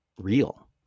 Real